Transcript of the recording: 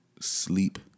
sleep